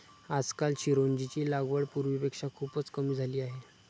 आजकाल चिरोंजीची लागवड पूर्वीपेक्षा खूपच कमी झाली आहे